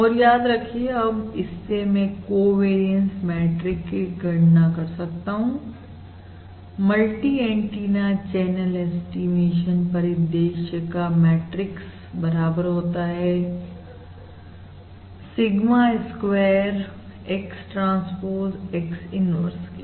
और याद रखिए अब इससे मैं कोवेरियंस मैट्रिक्स की गणना कर सकता हूं मल्टी एंटीना चैनल ऐस्टीमेशन परिदृश्य का cमैट्रिक्स बराबर होता है sigma square X transpose X inverse के